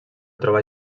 trobar